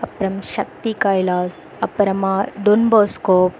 அப்புறம் சக்தி கைலாஷ் அப்புறமா டொன்போஸ்க்கோ